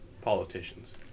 politicians